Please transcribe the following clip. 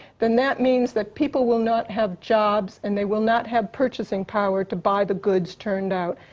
then that means that people will not have jobs and they will not have purchasing power to buy the goods turned out.